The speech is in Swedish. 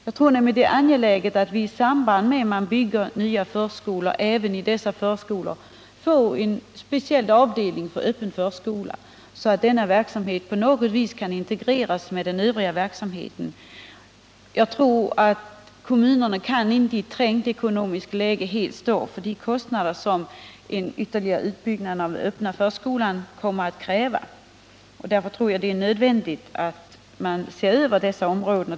Jag tror nämligen det är angeläget att vi i samband med att nya förskolor byggs även i dessa får en speciell avdelning för öppen förskola så att denna verksamhet på något vis kan integreras med den övriga verksamheten. Kommunerna kan inte i ett trängt ekonomiskt läge helt stå för de kostnader en ytterligare utbyggnad av den öppna förskolan kommer att kräva. Därför tror jag det är nödvändigt att se över dessa områden.